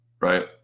right